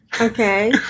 Okay